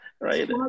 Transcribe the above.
Right